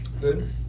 Good